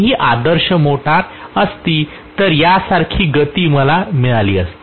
पण हि आदर्श मोटर असती तर यासारखी गती मला मिळाली असती